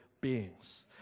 beings